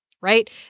right